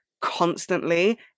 constantly